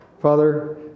Father